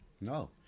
No